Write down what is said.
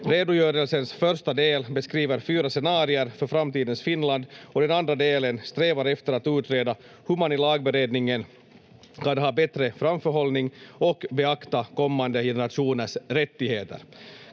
Redogörelsens första del beskriver fyra scenarier för framtidens Finland och den andra delen strävar efter att utreda hur man i lagberedningen kan ha bättre framförhållning och beakta kommande generationers rättigheter.